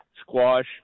squash